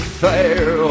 fire